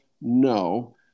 No